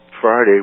Friday